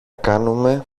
κάνουμε